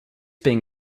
being